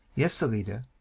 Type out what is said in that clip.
yes, ellida,